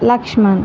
Laxman